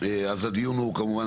זה אני לא רוצה להיכנס לזה.